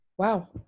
Wow